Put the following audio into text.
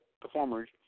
performers